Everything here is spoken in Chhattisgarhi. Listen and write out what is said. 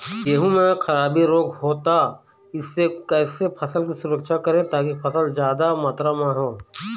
गेहूं म खराबी रोग होता इससे कैसे फसल की सुरक्षा करें ताकि फसल जादा मात्रा म हो?